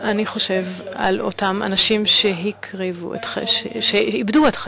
אני חושב על אותם אנשים שאיבדו את חייהם,